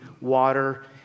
water